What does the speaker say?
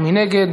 ומי נגד?